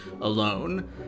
alone